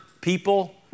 people